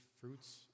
fruits